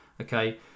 okay